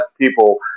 people